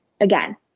again